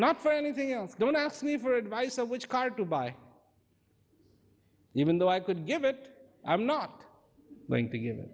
not for anything else don't ask me for advice on which card to buy even though i could give it i'm not going to g